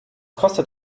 kostet